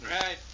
Right